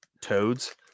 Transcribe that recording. toads